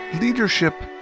Leadership